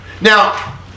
Now